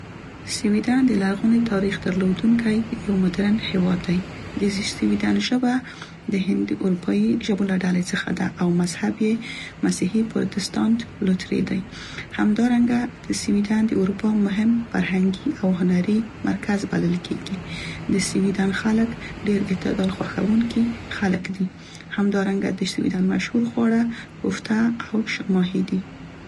سویدن د لرغوني تاریخ درلودونکی یو مدرن هیواد دی. د سویدن ژبه د هندي اروپايي ژبو له ډلې څخه ده او مذهب یې مسیحي پروتستانت لوتري دی. سویدن د اروپا مهم فرهنګي او هنری مرکز بلل کیږي. همدارنګه د سویدن خلک ډیر اعتدال خوښوونکي خلک دی، همدرانګه د سویدن مشهور خواړه کوفته او شاه ماهي دي.